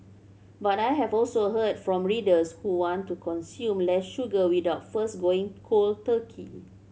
but I have also heard from readers who want to consume less sugar without first going cold turkey